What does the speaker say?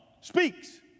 speaks